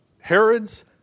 Herod's